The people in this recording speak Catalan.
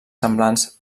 semblants